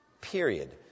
Period